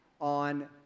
on